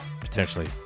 Potentially